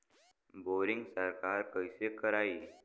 Boring सरकार कईसे करायी?